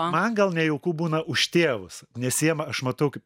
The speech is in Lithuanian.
man gal nejauku būna už tėvus nes jiem aš matau kaip